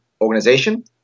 organization